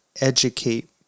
educate